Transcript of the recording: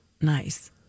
nice